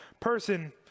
person